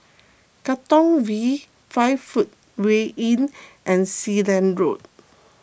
Katong V five Footway Inn and Sealand Road